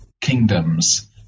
kingdoms